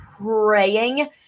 praying